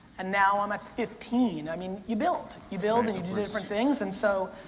and now i'm at fifteen. i mean you build. you build and you do different things, and so,